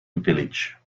village